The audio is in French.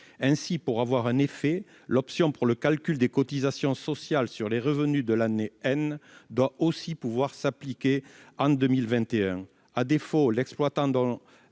Ainsi, pour avoir un effet, l'option pour le calcul des cotisations sociales sur les revenus de l'année doit aussi pouvoir s'appliquer en 2021. À défaut, l'exploitant dont